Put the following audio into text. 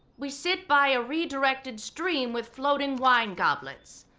we sit by a redirected stream with floating wine goblets.